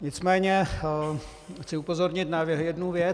Nicméně chci upozornit na jednu věc.